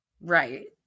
Right